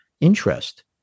interest